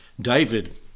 David